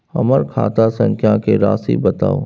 हमर खाता संख्या के राशि बताउ